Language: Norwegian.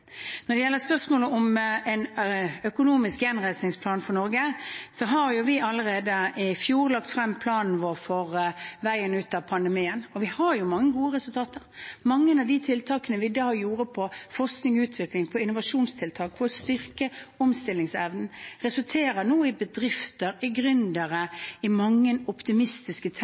Når det gjelder spørsmålet om en økonomisk gjenreisingsplan for Norge, har vi allerede i fjor lagt frem planen vår for veien ut av pandemien. Og vi har mange gode resultater. Mange av de tiltakene vi da gjorde for forskning, utvikling, innovasjonstiltak og å styrke omstillingsevnen, resulterer nå i bedrifter, gründere og mange optimistiske